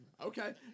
Okay